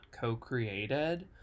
co-created